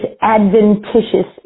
adventitious